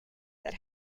that